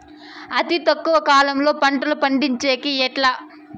అతి తక్కువ కాలంలో పంటలు పండించేకి ఎట్లా?